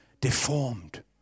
deformed